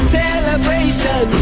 celebration